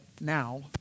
now